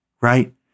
right